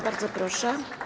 Bardzo proszę.